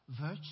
virtue